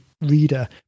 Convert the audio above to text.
reader